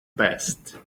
best